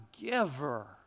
giver